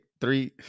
three